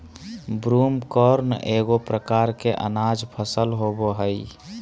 broomcorn एगो प्रकार के अनाज फसल होबो हइ